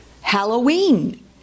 Halloween